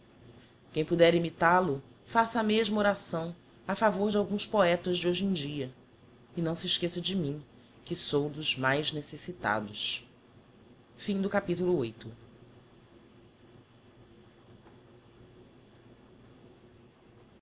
quem poder imital o faça a mesma oração a favor de alguns poetas de hoje em dia e não se esqueça de mim que sou dos mais necessitados o